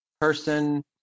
person